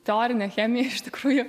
teorinę chemiją iš tikrųjų